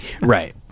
Right